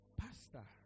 Pastor